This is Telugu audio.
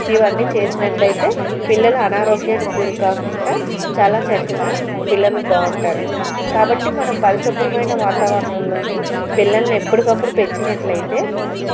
ఇవన్నీ చేసినట్లయితే పిల్లలు అనారోగ్యానికి గురికాకుండా చాలా చక్కగా పిల్లలు బాగుంటారు కాబట్టి మనం పరిశుభ్రమైన వాతావరణంలోని పిల్లల్ని ఎప్పటికప్పుడు పెంచినట్లయితే